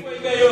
איפה ההיגיון?